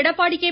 Edappadi K